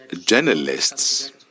Journalists